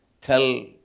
tell